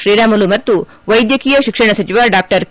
ಶ್ರೀರಾಮುಲು ಮತ್ತು ವೈದ್ಯಕೀಯ ಶಿಕ್ಷಣ ಸಚಿವ ಡಾ ಕೆ